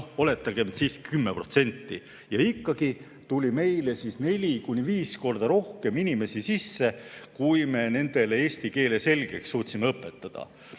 Oletagem, et 10%. Ikkagi tuli meile neli kuni viis korda rohkem inimesi sisse, kui me nendele eesti keele selgeks suutsime õpetada.